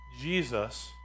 Jesus